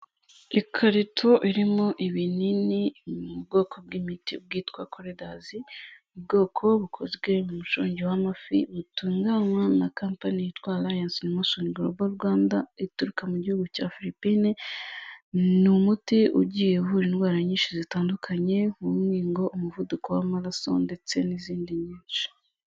Ikarito irimo ibinini, biri mu bwoko bw'imiti bwitwa koredasi. Ubwoko bukozwe mu mushongi w'amafi butunganywa na kompani yitwa ariyanse gorobo Rwanda ituruka mu gihugu cya Filipine. Ni umuti ugiye uvura indwara nyinshi zitandukanye nk'umwingo, umuvuduko w'amaraso ndetse n'izindi nyinshi.